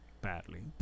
badly